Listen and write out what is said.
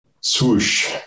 swoosh